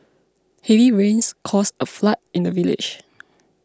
heavy rains caused a flood in the village